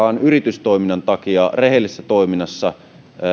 on yritystoiminnan takia rehellisessä toiminnassa